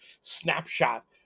snapshot